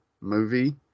movie